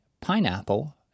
pineapple